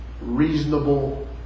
reasonable